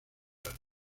las